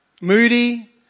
moody